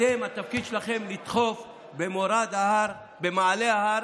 אתם, התפקיד שלכם לדחוף במורד ההר, במעלה ההר,